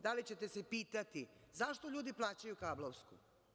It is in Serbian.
Da li se pitate zašto ljudi plaćaju kablovsku?